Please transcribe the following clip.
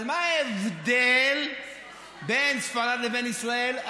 אבל מה ההבדל בין ספרד לבין ישראל,